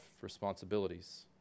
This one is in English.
responsibilities